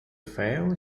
fail